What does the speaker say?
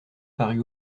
parut